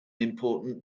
important